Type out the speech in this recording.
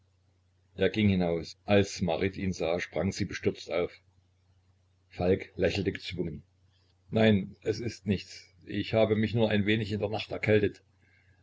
er ging hinaus als marit ihn sah sprang sie bestürzt auf falk lächelte gezwungen nein es ist nichts ich habe mich nur ein wenig in der nacht erkältet